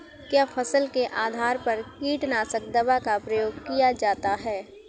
क्या फसल के आधार पर कीटनाशक दवा का प्रयोग किया जाता है?